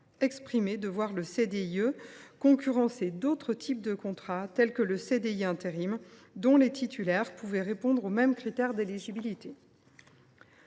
exprimées de voir ce contrat concurrencer d’autres types de contrats, tels que le CDI intérimaire, dont les titulaires pouvaient répondre aux mêmes critères d’éligibilité.